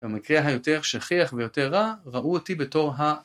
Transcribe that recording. במקרה היותר שכיח ויותר רע ראו אותי בתור ה...